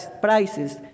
prices